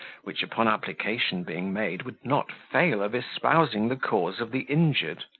which, upon application being made would not fail of espousing the cause of the injured.